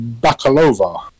Bakalova